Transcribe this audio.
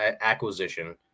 acquisition